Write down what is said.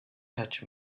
touch